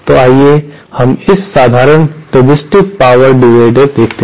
तो आइए हम एक साधारण रेसिस्टिव पावर डिवीडर देखते हैं